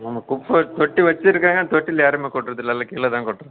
ஆமாம் குப்பைத்தொட்டி வச்சுருக்காங்க ஆனால் தொட்டியில யாருமே கொட்டுறதில்ல எல்லாம் கீழ தான் கொட்டுறாங்க